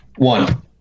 One